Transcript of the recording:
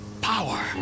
power